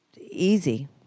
easy